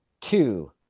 two